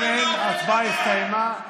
אם אין, ההצבעה הסתיימה.